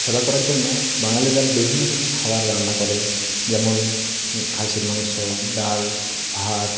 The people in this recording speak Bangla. সেবা করার জন্য বাঙালিরা বিভিন্ন খাবার রান্না করে যেমন খাসির মাংস ডাল ভাত